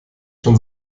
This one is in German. schon